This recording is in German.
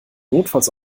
notfalls